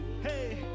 Hey